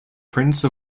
prince